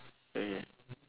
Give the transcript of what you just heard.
okay